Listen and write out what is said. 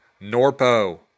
Norpo